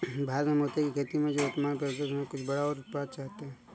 भारत में मोती की खेती जो वर्तमान परिदृश्य में कुछ बड़ा और उत्पादक चाहते हैं